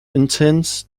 intends